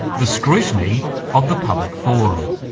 the scrutiny of the public forum.